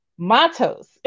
Matos